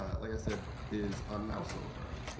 ah like i said, is on mouse-over.